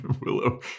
Willow